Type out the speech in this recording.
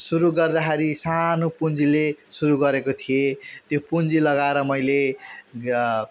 सुरु गर्दाखेरि सानो पुँजीले सुरु गरेको थिएँ त्यो पुँजी लगाएर मैले